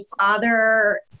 father